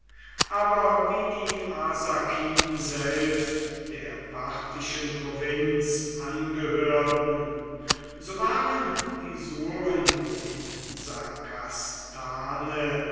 aber wie die arsakiden selbst der parthischen provinz angehörten so waren die surn in